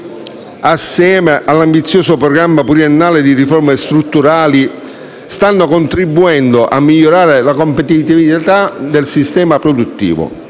assieme all'ambizioso programma pluriennale di riforme strutturali, stanno contribuendo a migliorare la competitività del sistema produttivo.